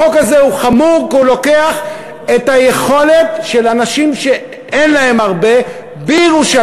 החוק הזה חמור כי הוא לוקח את היכולת של אנשים שאין להם הרבה בירושלים,